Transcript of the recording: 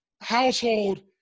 household